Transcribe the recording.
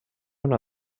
una